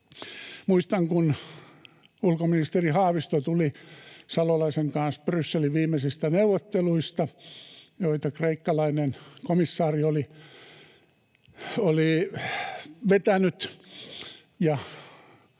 Muistan, kun ulkoministeri Haavisto tuli Salolaisen kanssa Brysselin viimeisistä neuvotteluista, joita kreikkalainen komissaari oli vetänyt ja